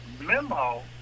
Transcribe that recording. memo